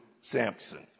Samson